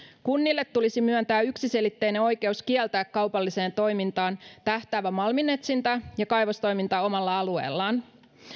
kunnille tulisi myöntää yksiselitteinen oikeus kieltää kaupalliseen toimintaan tähtäävä malminetsintä ja kaivostoiminta omalla alueellaan